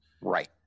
Right